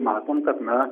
matom kad na